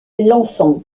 l’enfant